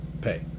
pay